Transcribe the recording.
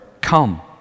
come